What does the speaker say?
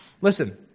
Listen